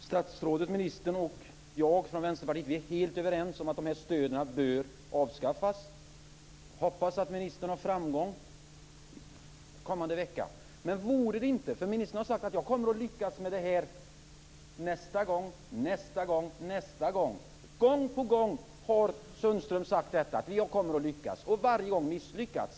Fru talman! Ministern och jag från Vänsterpartiet är helt överens om att sådana här stöd bör avskaffas. Jag hoppas att ministern i det sammanhanget har framgång under den kommande veckan. Ministern har sagt att han kommer att lyckas med det här "nästa gång". Gång på gång har han sagt det, men varje gång har han misslyckats.